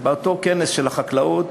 באותו כנס של החקלאות